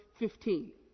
15